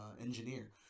engineer